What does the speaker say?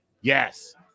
Yes